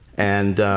and